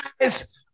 Guys